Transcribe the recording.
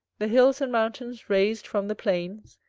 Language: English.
the hills and mountains raised from the plains,